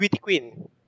Queen